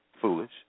foolish